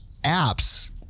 apps